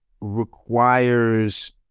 requires